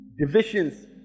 Divisions